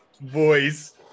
voice